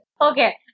Okay